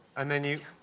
and then you.